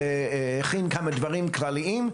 חגי הכין כמה דברים כלליים.